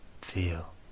feel